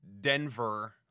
Denver